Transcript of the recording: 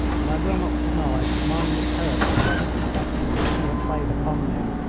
and i will not deny that mine was hurt by the deception which she had played upon me.